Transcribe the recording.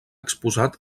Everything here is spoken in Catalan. exposat